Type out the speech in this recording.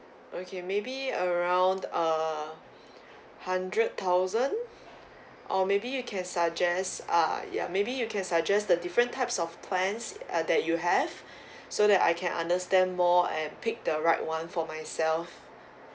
okay maybe around uh hundred thousand or maybe you can suggest ah ya maybe you can suggest the different types of plans uh that you have so that I can understand more and pick the right one for myself